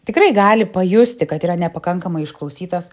tikrai gali pajusti kad yra nepakankamai išklausytas